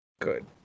good